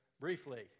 briefly